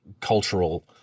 cultural